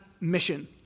mission